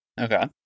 Okay